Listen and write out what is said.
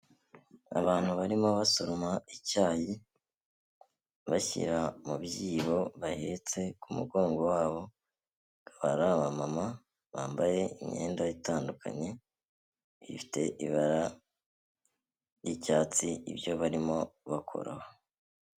Abantu barimo basoroma icyayi, bashyira mu byibo bahetse ku mugongo wabo, akaba ari ababama bambaye imyenda itandukanye, ifite ibara ry'icyatsi, ibyo barimo bakora.